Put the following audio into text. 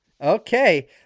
Okay